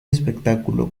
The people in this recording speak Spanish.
espectáculo